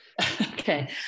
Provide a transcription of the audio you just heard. Okay